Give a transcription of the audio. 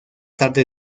tarde